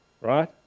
right